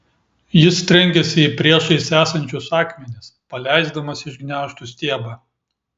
jis trenkėsi į priešais esančius akmenis paleisdamas iš gniaužtų stiebą